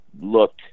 looked